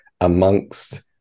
amongst